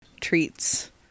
treats